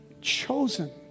chosen